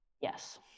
Yes